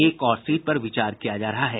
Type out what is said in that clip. एक और सीट पर विचार किया जा रहा है